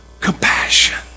compassion